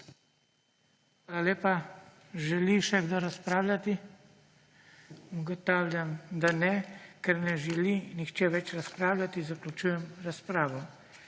Želi kdo razpravljati? Ugotavljam, da ne. Ker ne želi nihče več razpravljati, zaključujem razpravo.